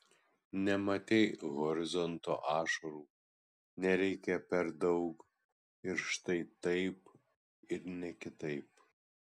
nematei horizonto ašarų nereikia per daug ir štai taip ir ne kitaip